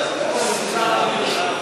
אתה מדבר.